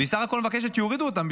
והיא בסך הכול מבקשת שיורידו אותם,